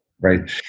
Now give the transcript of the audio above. Right